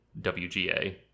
wga